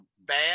bad